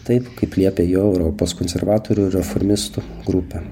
taip kaip liepia jo europos konservatorių reformistų grupė